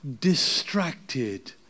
distracted